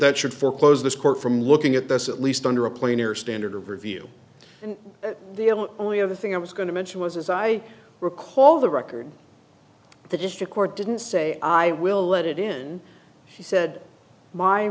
that should foreclose this court from looking at this at least under a plain or standard of review and the only other thing i was going to mention was as i recall the record the district court didn't say i will let it in he said my